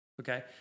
Okay